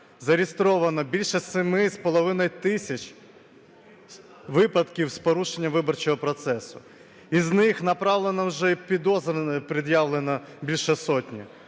зареєстровано більше 7,5 тисяч випадків з порушення виборчого процесу. Із них направлено вже й підозри пред'явлено більше сотні.